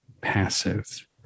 passive